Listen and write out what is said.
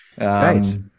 right